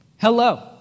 Hello